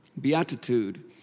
beatitude